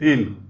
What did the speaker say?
तीन